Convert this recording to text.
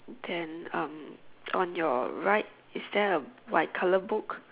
then um on your right is there a white colour book